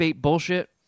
bullshit